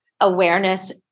awareness